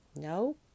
No